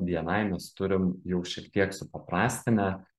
bni mes turim jau šiek tiek supaprastinę